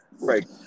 Right